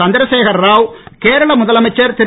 சந்திரசேகர ராவ் கேரள முதலமைச்சர் திரு